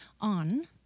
on